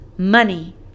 Money